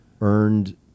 earned